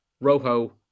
Rojo